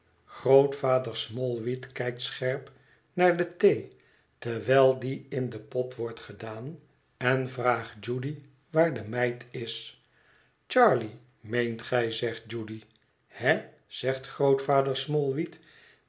grootvader smallweed kijkt scherp naar de thee terwijl die in den pot wordt gedaan en vraagt judy waar de meid is charley meent gij zegt judy he zegt grootvader